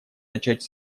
начать